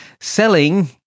selling